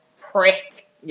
prick